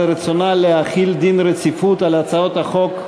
רצונה להחיל דין רציפות על הצעות חוק מסוימות.